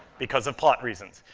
because of plot reasons.